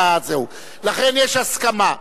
לכן יש הסכמה.